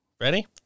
ready